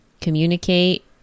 communicate